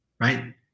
right